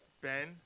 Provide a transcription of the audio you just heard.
Ben